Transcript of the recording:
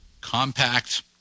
compact